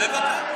שר לא עולה לסכם?